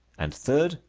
and third,